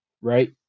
right